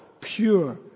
pure